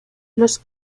los